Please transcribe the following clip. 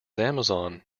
amazon